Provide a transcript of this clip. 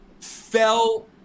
fell